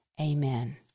Amen